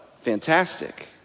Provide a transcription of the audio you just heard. Fantastic